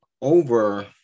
over